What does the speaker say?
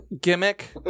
gimmick